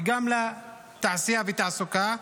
וגם תעשייה ותעסוקה.